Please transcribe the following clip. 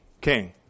king